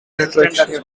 attractions